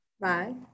Bye